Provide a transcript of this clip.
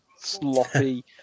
sloppy